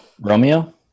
Romeo